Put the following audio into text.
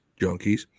junkies